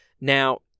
Now